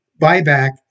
buyback